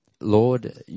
Lord